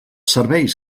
serveis